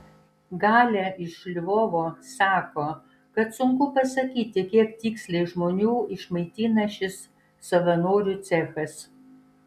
galia iš lvovo sako kad sunku pasakyti kiek tiksliai žmonių išmaitina šis savanorių cechas